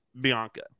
Bianca